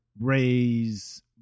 raise